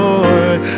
Lord